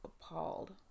appalled